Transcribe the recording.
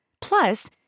Plus